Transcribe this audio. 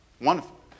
Wonderful